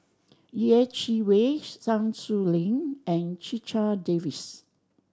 Yeh Chi Wei Sun Xueling and Checha Davies